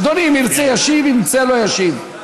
אדוני, אם ירצה ישיב, אם ירצה לא ישיב.